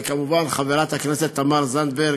וכמובן חברת הכנסת תמר זנדברג.